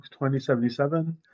2077